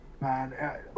man